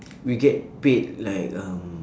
we get paid like um